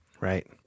Right